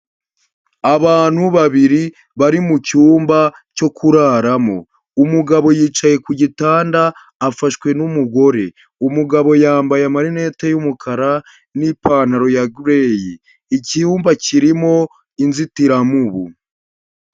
Abantu babiri bari mu cyumba cyo kuraramo, umugabo yicaye ku gitanda afashwe n'umugore, umugabo yambaye amarinete y'umukara n'ipantaro ya gireyi, icyumba kirimo inzitiramubu.